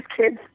kids